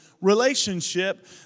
relationship